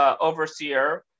Overseer